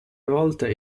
volte